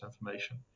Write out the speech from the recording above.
information